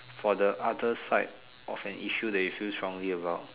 for the other side of an issue that you feel strongly about